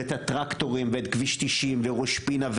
ואת הטרקטורים ואת כביש 90 וראש פינה,